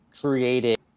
created